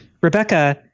Rebecca